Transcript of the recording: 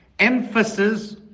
Emphasis